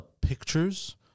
pictures